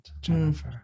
Jennifer